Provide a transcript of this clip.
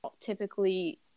typically